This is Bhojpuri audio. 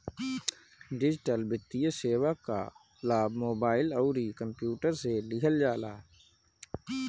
डिजिटल वित्तीय सेवा कअ लाभ मोबाइल अउरी कंप्यूटर से लिहल जाला